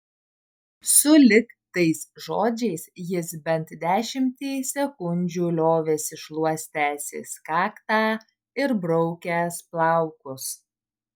sulig tais žodžiais jis bent dešimtį sekundžių liovėsi šluostęsis kaktą ir braukęs plaukus